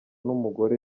n’umugore